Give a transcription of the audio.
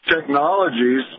technologies